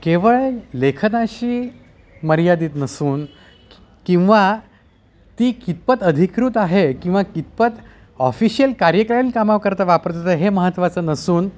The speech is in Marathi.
केवळ लेखनाशी मर्यादित नसून किंवा ती कितपत अधिकृत आहे किंवा कितपत ऑफिशियल कार्यक्रलीन कामाकरता वापरतात हे महत्त्वाचं नसून